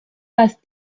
bases